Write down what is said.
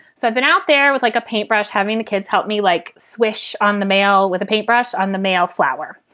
so i've been out there with, like a paint brush, having the kids help me, like, swish on the male with a paint brush on the male flower.